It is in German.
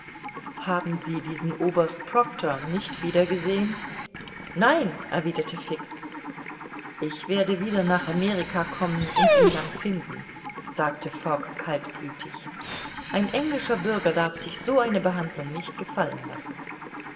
haben sie diesen oberst proctor nicht wiedergesehen nein erwiderte fix ich werde wieder nach amerika kommen und ihn dann finden sagte fogg kaltblütig ein englischer bürger darf sich so eine behandlung nicht gefallen lassen